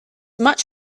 much